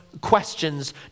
questions